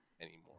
anymore